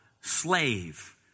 Slave